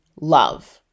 love